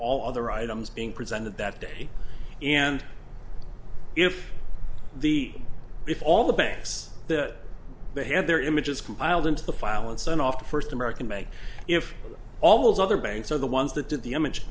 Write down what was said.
all other items being presented that day and if the if all the banks that they had their images compiled into the file and sent off the first american make if all those other banks are the ones that did the image